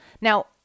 Now